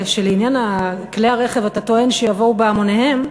שלעניין כלי הרכב אתה טוען שיבואו בהמוניהם,